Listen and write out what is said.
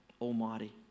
Almighty